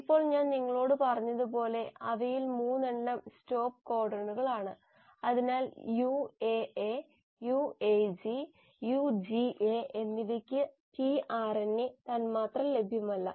ഇപ്പോൾ ഞാൻ നിങ്ങളോട് പറഞ്ഞതുപോലെ അവയിൽ 3 എണ്ണം സ്റ്റോപ്പ് കോഡണുകളാണ് അതിനാൽ UAA UAG UGA എന്നിവയ്ക്ക് tRNA തന്മാത്ര ലഭ്യമല്ല